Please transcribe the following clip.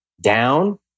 down